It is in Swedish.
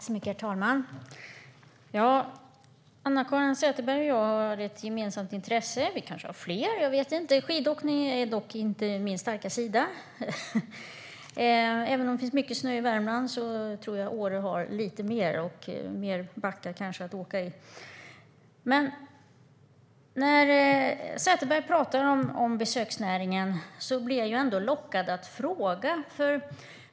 Herr talman! Anna-Caren Sätherberg och jag har ett gemensamt intresse. Vi kanske har fler - jag vet inte - men skidåkning är inte min starka sida. Även om det finns mycket snö i Värmland tror jag att Åre har lite mer och kanske också fler backar att åka i. När Sätherberg talar om besöksnäringen blir jag dock lockad att ställa en fråga.